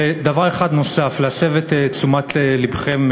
ודבר אחד נוסף, להסב את תשומת לבכם,